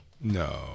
No